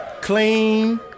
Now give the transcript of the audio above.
clean